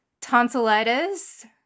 tonsillitis